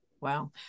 Wow